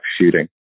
shooting